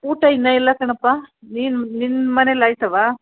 ಊಟ ಇನ್ನೂ ಇಲ್ಲ ಕಣಪ್ಪ ನೀನು ನಿನ್ನ ಮನೇಲಿ ಆಯಿತವ್ವಾ